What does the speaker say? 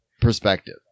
perspective